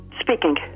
Speaking